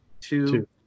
Two